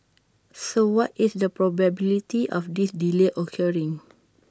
so what is the probability of this delay occurring